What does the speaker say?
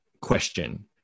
question